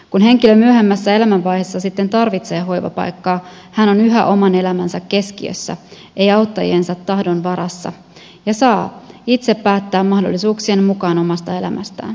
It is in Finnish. kun henkilö myöhemmässä elämänvaiheessa sitten tarvitsee hoivapaikkaa hän on yhä oman elämänsä keskiössä ei auttajiensa tahdon varassa ja saa itse päättää mahdollisuuksien mukaan omasta elämästään